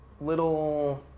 little